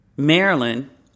Maryland